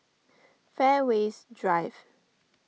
Fairways Drive